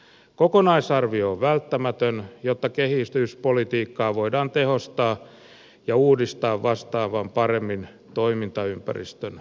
kokonaisarvio on välttämätön jotta kehityspolitiikkaa voidaan tehostaa ja uudistaa vastaamaan paremmin toimintaympäristön muutoksia